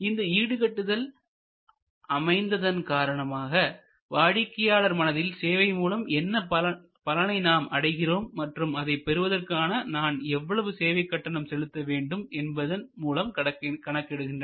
இந்த ஈடு கட்டுதல் அமைந்துதன் காரணமாக வாடிக்கையாளர் மனதில் சேவை மூலம் என்ன பலனை நாம் அடைகிறோம் மற்றும் அதைப் பெறுவதற்கான நான் எவ்வளவு சேவை கட்டணம் செலுத்த வேண்டும் என்பதன் மூலம் கணக்கிடுகின்றனர்